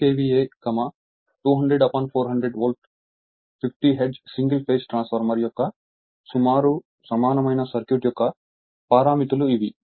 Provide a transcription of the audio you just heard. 4 KVA 200 400 volt 50 hertz single phase transformer యొక్క సుమారు సమానమైన సర్క్యూట్ యొక్క పారామితులు ఇవి